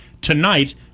tonight